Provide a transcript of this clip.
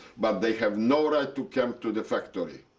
but they have no right to come to the factory.